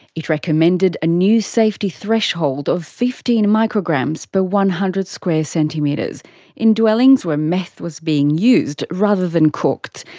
it recommended a new safety threshold of fifteen micrograms per but one hundred square centimetres in dwellings where meth was being used rather than cooked.